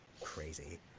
crazy